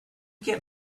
get